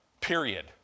Period